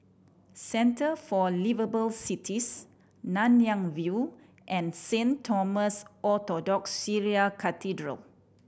Centre for Liveable Cities Nanyang View and Saint Thomas Orthodox Syrian Cathedral